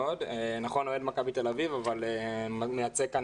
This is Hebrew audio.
אני אוהד מכבי תל-אביב אבל מייצג כאן